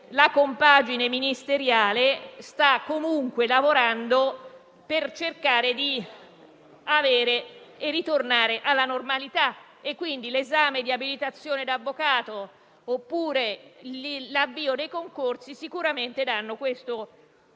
la compagine ministeriale sta comunque lavorando per cercare di ritornare alla normalità e l'esame di abilitazione da avvocato o l'avvio dei concorsi hanno questa